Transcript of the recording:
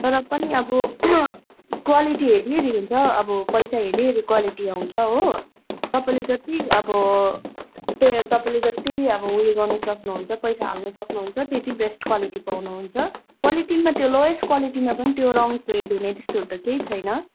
र पनि अब क्वालिटी हेरी हेरी हुन्छ अब पैसा हेरी हेरी क्वालिटी आँउछ हो तपाईँले जति अब त्यही तपाईँले जति अब उयो गर्नु सक्नुहुन्छ पैसा हाल्नु सक्नुहुन्छ त्यति बेस्ट क्वालिटी पाउनु हुन्छ क्वालिटीमा त्यो लोयेस्ट क्वालिटीमा पनि त्यो रङ फेड हुने त्यस्तोहरू त केही छैन